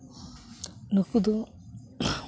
ᱱᱩᱠᱩ ᱫᱚ